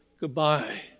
goodbye